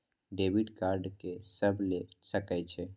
Debit card के सब ले सके छै?